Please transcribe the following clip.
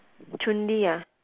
chun li ah